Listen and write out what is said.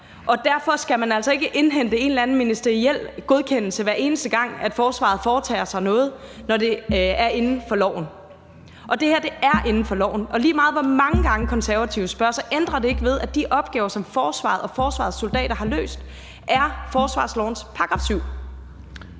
og derfor skal man altså ikke indhente en eller anden ministeriel godkendelse, hver eneste gang forsvaret foretager sig noget, når det er inden for loven. Og det her er inden for loven, og lige meget hvor mange gange Konservative spørger, ændrer det ikke ved, at de opgaver, som forsvaret og forsvarets soldater har løst, er inden for forsvarslovens § 7.